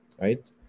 right